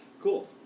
Cool